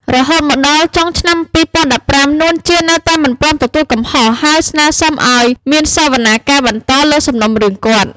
រហូតមកដល់ចុងឆ្នាំ២០១៥ នួន ជា នៅតែមិនព្រម ទទួលកំហុស ហើយស្នើរសុំឱ្យមានសាវនាការបន្តលើសំណុំរឿងគាត់។